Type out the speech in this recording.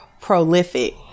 prolific